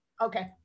Okay